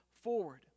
forward